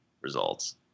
results